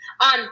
on